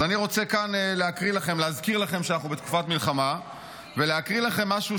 אז רוצה להזכיר לכם שאנחנו בתקופת מלחמה ולהקריא לכם משהו